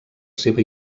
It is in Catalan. seva